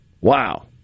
Wow